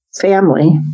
family